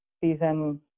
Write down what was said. season